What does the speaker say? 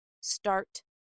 Start